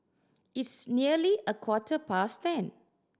its nearly a quarter past ten